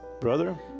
brother